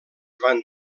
van